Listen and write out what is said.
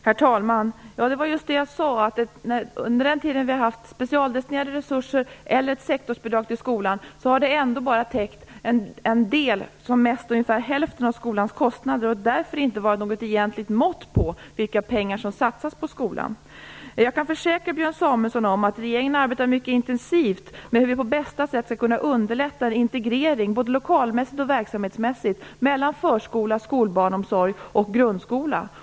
Herr talman! Det var just det jag sade: Under den tid vi har haft specialdestinerade resurser eller sektorsbidrag till skolan har det ändå bara täckt en del, som mest ungefär hälften, av skolans kostnader och därför egentligen inte varit något egentligt mått på vilka pengar som satsas på skolan. Jag kan försäkra Björn Samuelson om att regeringen arbetar mycket intensivt med hur vi på bästa sätt skall kunna underlätta integrering både lokalmässigt och verksamhtsmässigt mellan förskola, skolbarnomsorg och grundskola.